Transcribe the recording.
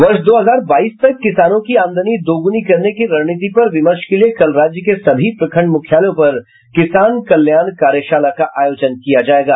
वर्ष दो हजार बाईस तक किसानों की आमदनी दुगुनी करने की रणनीति पर विमर्श के लिए कल राज्य के सभी प्रखंड मुख्यालयों पर किसान कल्याण कार्यशाला का आयोजन किया जायेगा